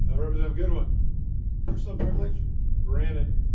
ah represent a good one personal privilege branded